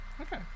okay